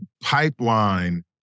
pipeline